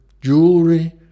jewelry